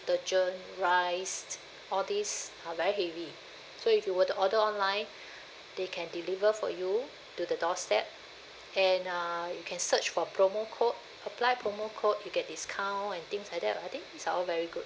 detergent rice all these are very heavy so if you were to order online they can deliver for you to the doorstep and uh you can search for promo code apply promo code you get discount and things like that I think these are all very good